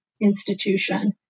institution